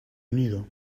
unido